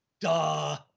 duh